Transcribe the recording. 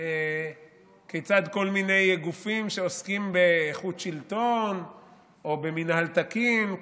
כיצד כל מיני גופים שעוסקים באיכות שלטון או במינהל תקין,